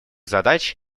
задач